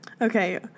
Okay